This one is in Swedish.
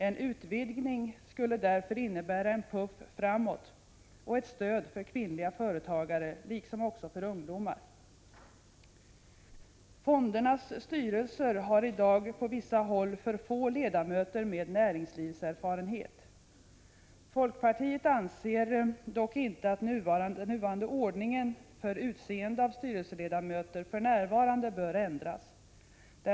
En utvidgning av målgruppen skulle därför innebära en puff framåt och ett stöd för kvinnliga företagare, liksom också för ungdomar. Fondernas styrelser har i dag på vissa håll för få ledamöter med näringslivserfarenhet. Folkpartiet anser dock inte att den nuvarande ordningen för utseende av styrelseledamöter för närvarande bör ändras.